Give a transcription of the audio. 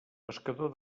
pescador